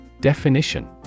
Definition